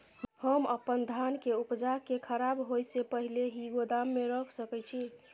हम अपन धान के उपजा के खराब होय से पहिले ही गोदाम में रख सके छी?